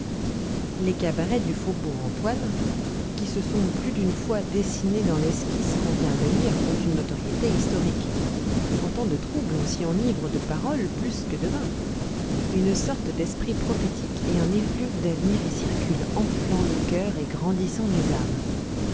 les cabarets du faubourg antoine qui se sont plus d'une fois dessinés dans l'esquisse qu'on vient de lire ont une notoriété historique en temps de troubles on s'y enivre de paroles plus que de vin une sorte d'esprit prophétique et un effluve d'avenir y circule enflant les coeurs et grandissant les âmes